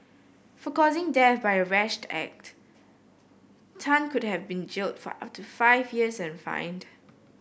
for causing death by a rash act Tan could have been jailed for up to five years and fined